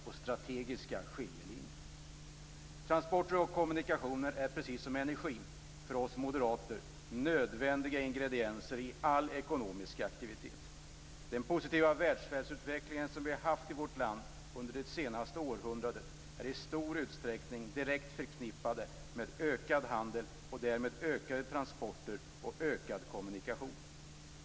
För oss moderater är transporter och kommunikationer, precis som energi, nödvändiga ingredienser i all ekonomisk aktivitet. Den positiva välfärdsutveckling som vi har haft i vårt land under det senaste århundradet är i stor utsträckning direkt förknippad med ökad handel och därmed ökade transporter och ökad kommunikation.